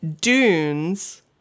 Dunes